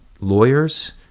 lawyers